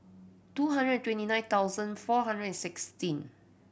two hundred twenty nine thousand four hundred and sixteen